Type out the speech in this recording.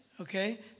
okay